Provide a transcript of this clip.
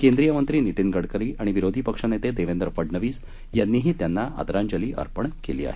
केंद्रीय मंत्री नितीन गडकरी आणि विरोधी पक्षनेते देवेंद्र फडनवीस यांनीही त्यांना आदरांजली अर्पण केली आहे